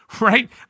right